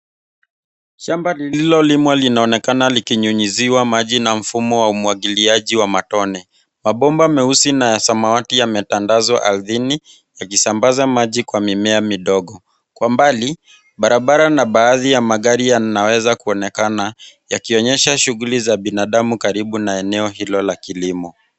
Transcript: Shamba lililolimwa linaonekana likinyunyuziwa maji na mfumo wa umwagiliaji wa matone. Mabomba meusi na ya samati yametandazwa arthini yakisambaza maji kwa mimea midogo. Kwa mbali barabara na baadhi ya magari yanaweza kuonekana yakionyesha shughuli za binadamu karibu na eneo hilo la kilimo.